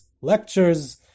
lectures